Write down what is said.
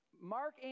Mark